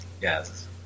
Yes